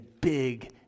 big